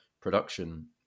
production